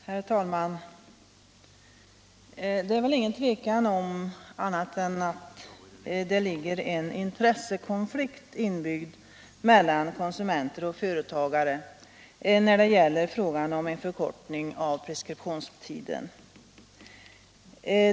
Herr talman! Det är väl inget tvivel om att det finns en intressekonflikt mellan konsumenter och företagare då det gäller frågan om en förkortning av preskriptionstiden.